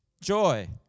Joy